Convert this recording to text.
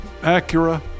Acura